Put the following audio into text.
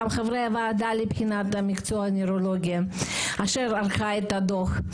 גם חברי הוועדה לבחינת המקצוע נוירולוגיה אשר ערכה את הדוח,